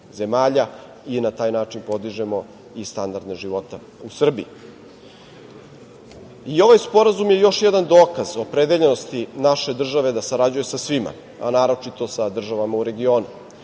i na taj način podižemo i standard života u Srbiji. Ovaj sporazum je još jedan dokaz opredeljenosti naše države da sarađuje sa svima, a naročito sa državama u regionu.